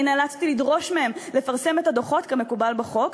אני נאלצתי לדרוש מהם לפרסם את הדוחות כמקובל בחוק,